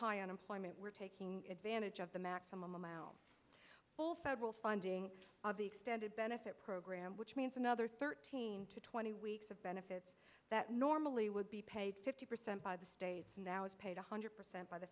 high unemployment we're taking advantage of the maximum amount of federal funding of the extended benefit program which means another thirteen to twenty weeks of benefits that normally would be paid fifty percent by the state now is paid one hundred percent by the